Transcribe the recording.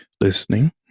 listening